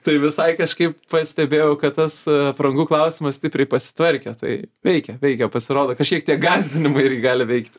tai visai kažkaip pastebėjau kad tas aprangų klausimas stipriai pasitvarkė tai veikia veikia pasirodo kažkiek tie gąsdinimai irgi gali veikti